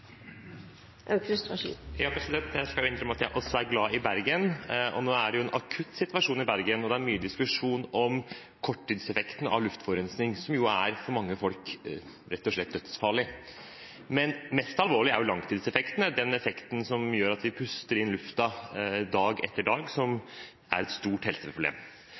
glad i Bergen. Nå er det en akutt situasjon i Bergen, og det er mye diskusjon om korttidseffekten av luftforurensning, som for mange folk rett og slett er dødsfarlig. Men mest alvorlig er jo langtidseffekten av at vi puster inn luften dag etter dag, som er et stort helseproblem.